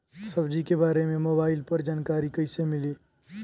सब्जी के बारे मे मोबाइल पर जानकारी कईसे मिली?